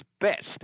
best